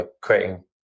creating